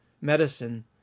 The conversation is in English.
medicine